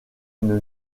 une